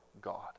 God